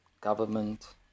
government